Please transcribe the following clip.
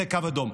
זה קו אדום.